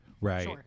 right